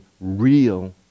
real